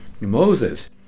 Moses